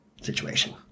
situation